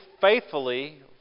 faithfully